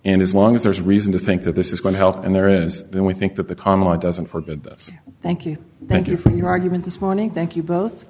and as long as there's reason to think that this is going to help and there is then we think that the common law doesn't forbid this thank you thank you for your argument this morning thank you both